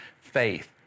faith